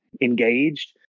engaged